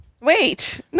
Wait